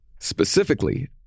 Specifically